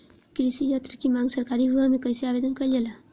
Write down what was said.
कृषि यत्र की मांग सरकरी विभाग में कइसे आवेदन कइल जाला?